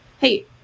hey